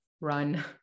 run